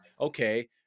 okay